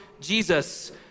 Jesus